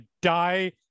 die